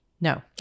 No